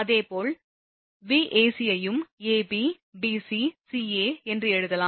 அதேபோல் Vac ஐயும் ab bc ca என்று எழுதலாம்